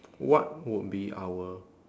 what would be our